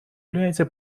является